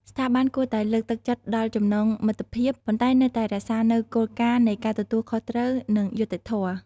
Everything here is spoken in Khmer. ស្ថាប័នគួរតែលើកទឹកចិត្តដល់ចំណងមិត្តភាព ប៉ុន្តែនៅតែរក្សានូវគោលការណ៍នៃការទទួលខុសត្រូវ និងយុត្តិធម៌។